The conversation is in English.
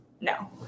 No